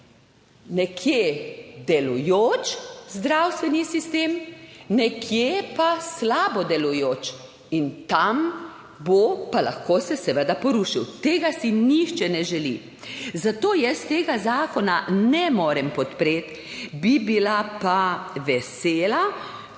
nekje delujoč zdravstveni sistem, nekje pa slabo delujoč in tam bo pa lahko se seveda porušil. Tega si nihče ne želi. Zato jaz tega zakona ne morem podpreti. Bi bila pa vesela,